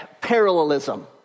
parallelism